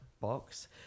box